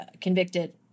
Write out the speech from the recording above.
convicted